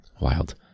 Wild